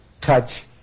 touch